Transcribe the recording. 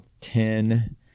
ten